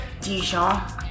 Dijon